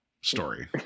story